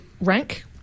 rank